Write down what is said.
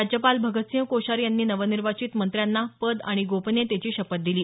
राज्यपाल भगतसिंग कोश्यारी यांनी नवनिर्वाचित मंत्र्यांना पद आणि गोपनीयतेची शपथ दिली